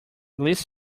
least